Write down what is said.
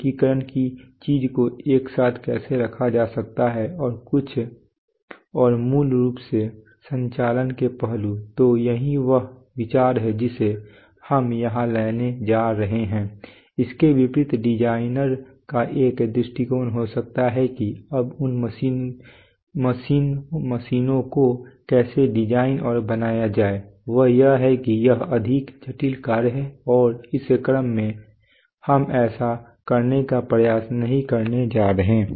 एकीकरण की चीजों को एक साथ कैसे रखा जा सकता है और कुछ और मूल रूप से संचालन के पहलू तो यही वह विचार है जिसे हम यहां लेने जा रहे हैं इसके विपरीत डिजाइनर का एक दृष्टिकोण हो सकता है कि अब उन मशीनों को कैसे डिजाइन और बनाया जाए वह यह है कि यह अधिक जटिल कार्य है और इस क्रम में हम ऐसा करने का प्रयास नहीं करने जा रहे हैं